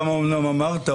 אתה אומנם אמרת,